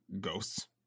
ghosts